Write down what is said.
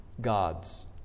gods